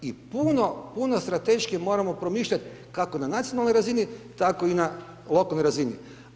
I puno, puno strateškije moramo promišljati kako na nacionalnoj razini tako i na lokalnoj razini.